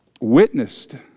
witnessed